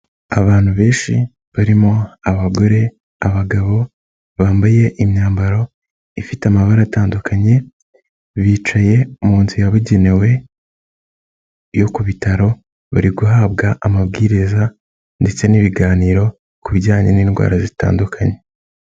Abantu benshi barimo abagore, abagabo bambaye imyambaro ifite amabara atandukanye bicaye mu nzu yabugenewe yo ku bitaro bari guhabwa amabwiriza ndetse n'ibiganiro ku bijyanye n'indwara zitandukanye.